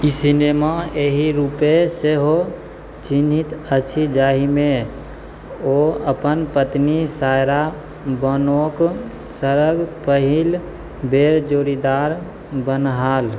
ई cinema एहि रूपेँ सेहो चिन्हित अछि जाहिमे ओ अपन पत्नी सायरा बानोक सङ्ग पहिल बेर जोड़ीदार बनलाह